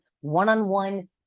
one-on-one